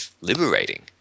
liberating